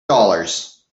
dollars